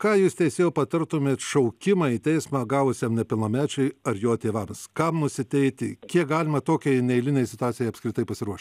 ką jūs teisėjau patartumėt šaukimą į teismą gavusiam nepilnamečiui ar jo tėvams kam nusiteikti kiek galima tokiai neeilinei situacijai apskritai pasiruošti